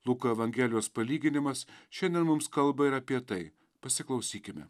luko evangelijos palyginimas šiandien mums kalba ir apie tai pasiklausykime